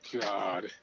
God